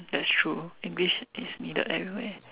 that's true English is needed everywhere